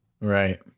Right